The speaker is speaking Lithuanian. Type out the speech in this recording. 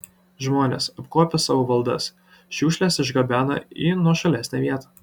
žmonės apkuopę savo valdas šiukšles išgabena į nuošalesnę vietą